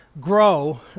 grow